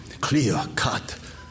clear-cut